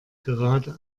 gerade